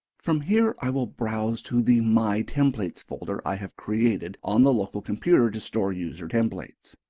from here i will browse to the my templates folder i have created on the local computer to store user templates.